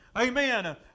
Amen